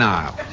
Nile